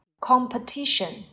Competition